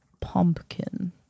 pumpkin